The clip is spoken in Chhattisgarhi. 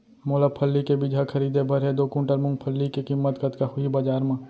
मोला फल्ली के बीजहा खरीदे बर हे दो कुंटल मूंगफली के किम्मत कतका होही बजार म?